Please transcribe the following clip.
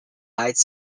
heights